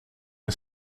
een